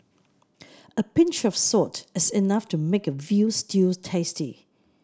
a pinch of salt is enough to make a veal stew tasty